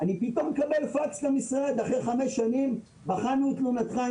פתאום קיבלתי פקס למשרד אחרי חמש שנים: בחנו את תלונתך,